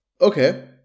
Okay